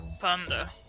Panda